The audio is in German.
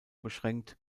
beschränkt